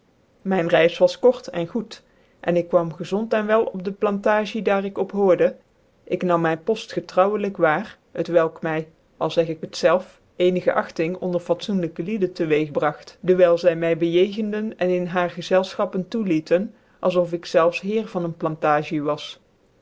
mijn reis was kort cn goed cn ik kwam gezond cn wel op de plantagic daar ik op boorde ik nun myn poft getrouwelijk waar t welk my al zeg ik het zelfs eenigc agting onder fatzocnlykc lieden tc weeg bragt dewijl zy my bejegende cn in hiare gczclfchappcn toelieten als of ik zelfs heer van een plantagic was